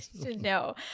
No